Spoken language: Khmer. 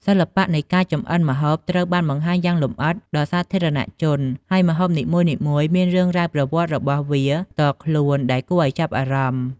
សិល្បៈនៃការចម្អិនម្ហូបត្រូវបានបង្ហាញយ៉ាងលម្អិតដល់សាធារណជន ហើយម្ហូបនីមួយៗមានរឿងរ៉ាវប្រវត្តិរបស់វាផ្ទាល់ខ្លួនដែលគួរឲ្យចាប់អារម្មណ៍។